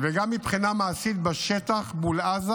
וגם מבחינה מעשית, בשטח מול עזה,